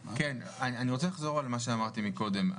רוצה לחזור על מה שאמרתי קודם.